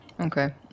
Okay